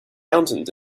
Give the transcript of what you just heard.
mountains